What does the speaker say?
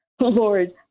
Lord